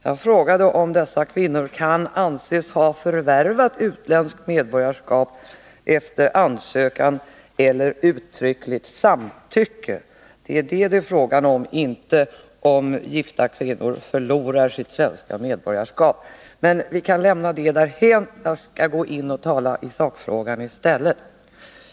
Jag frågade om ”dessa kvinnor kan anses ha förvärvat utländskt medborgarskap efter ansökan eller uttryckligt samtycke”. Det är alltså det som det är fråga om, inte om gifta kvinnor förlorar sitt medborgarskap, men vi kan lämna detta därhän. Jag skall i stället gå in och tala i sakfrågan.